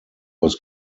was